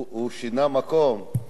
הוא שינה מקום.